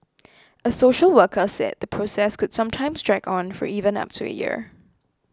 a social worker said the process could sometimes drag on for even up to a year